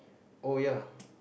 oh ya